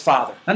Father